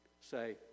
say